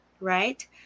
Right